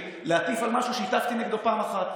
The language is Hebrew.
להטיף על משהו שהטפתי עליו פעם אחת.